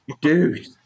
dude